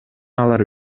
алар